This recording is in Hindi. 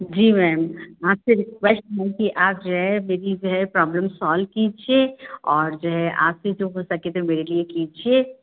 जी मैम आपसे रिक्वेस्ट है कि आप जो है मेरी जो है प्रॉब्लम सॉल्व कीजिए और जो है आपसे जो हो सके तो मेरे लिए कीजिए